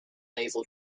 naval